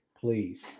please